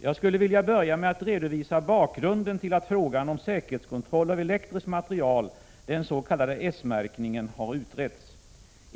Jag skulle vilja börja med att redovisa bakgrunden till att frågan om säkerhetskontroll av elektrisk materiel, den s.k. S-märkningen har utretts.